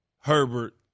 Herbert